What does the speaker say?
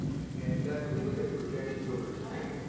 in in fact, when you look at projections over time,